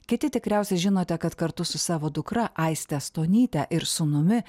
kiti tikriausiai žinote kad kartu su savo dukra aiste stonyte ir sūnumi